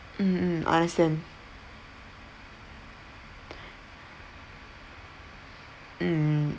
mm mm understand mm